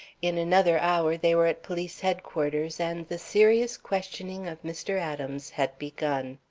in another hour they were at police headquarters and the serious questioning of mr. adams had begun.